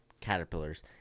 caterpillars